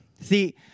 See